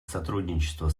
сотрудничество